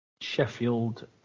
Sheffield